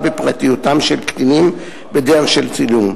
בפרטיותם של קטינים בדרך של צילום.